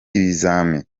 ibizami